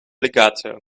legato